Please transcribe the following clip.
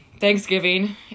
Thanksgiving